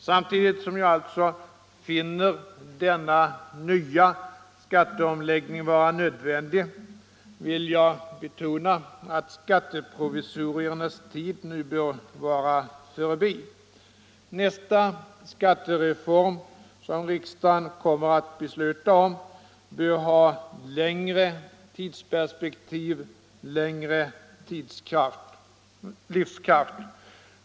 Samtidigt som jag alltså finner denna nya skatteomläggning vara nödvändig, vill jag betona att skatteprovisoriernas tid nu bör vara förbi. Nästa skattereform som riksdagen kommer att besluta om bör ha längre tidsperspektiv, bättre livskraft.